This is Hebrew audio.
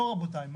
לא, רבותיי.